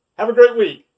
have a great week.